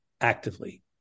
actively